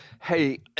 Hey